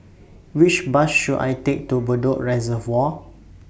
Which Bus should I Take to Bedok Reservoir